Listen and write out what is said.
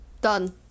Done